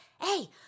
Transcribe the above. hey